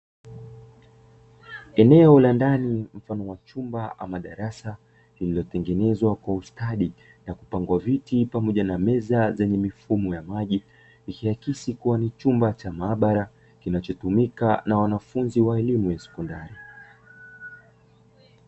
Eneo la ndani mfano wa chuma ama darasa lililotengenezwa kwa ustadi na kupangwa viti pamoja na meza zenye mifumo ya maji ikiakisi kuwa ni chumba cha maabara kinachotumika na wanafunzi wa elimu ya sekondari.